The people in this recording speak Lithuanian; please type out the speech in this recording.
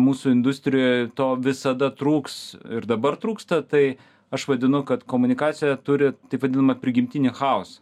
mūsų industrijoj to visada trūks ir dabar trūksta tai aš vadinu kad komunikacija turi taip vadinamą prigimtinį chaosą